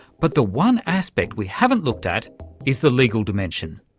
but the one aspect we haven't looked at is the legal dimension.